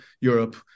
Europe